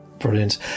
brilliant